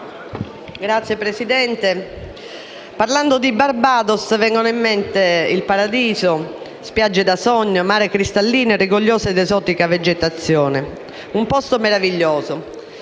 Signor Presidente, parlando di Barbados vengono in mente il Paradiso: spiagge da sogno, mare cristallino, rigogliosa ed esotica vegetazione. Un posto meraviglioso.